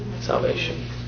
salvation